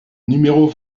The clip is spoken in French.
numéros